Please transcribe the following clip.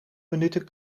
minuten